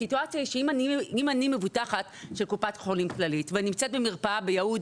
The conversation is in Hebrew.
הסיטואציה היא שאם אני מבוטחת של קופת חולים כללית ונמצאת במרפאה ביהוד,